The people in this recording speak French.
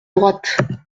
droite